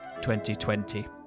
2020